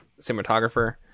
cinematographer